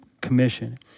commission